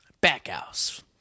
Backhouse